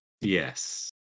yes